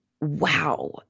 wow